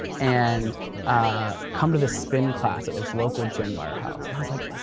and ah come to this spin class at this local gym by our house. and i was like,